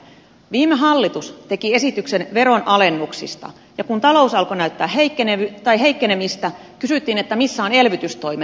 viime hallitus teki esityksen veronalennuksista ja kun talous alkoi näyttää heikkenemistä kysyttiin missä ovat elvytystoimet